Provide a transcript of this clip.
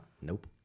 nope